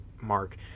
mark